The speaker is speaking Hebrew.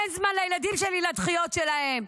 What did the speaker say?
אין זמן לילדים שלי לדחיות שלהם.